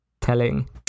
telling